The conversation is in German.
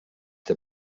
der